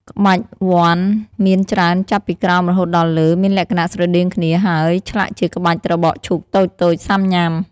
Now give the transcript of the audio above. ក្បាច់វណ្ឌមានច្រើនចាប់ពីក្រោមរហូតដល់លើ មានលក្ខណៈ ស្រដៀងគ្នា ហើយធ្លាក់ជាក្បាច់ត្របកឈូកតូចៗសាំញ៉ាំ។